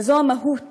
וזו המהות